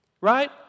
Right